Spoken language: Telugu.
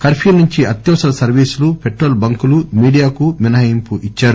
కర్ఫ్యూ నుంచి అత్యవసర సర్వీసులు పెట్రోల్ బంక్లు మీడియాకు మినహాయింపు ఇద్చారు